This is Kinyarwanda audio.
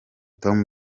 tom